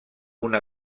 una